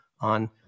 on